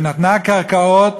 ונתנה קרקעות